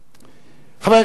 חבר הכנסת זחאלקה,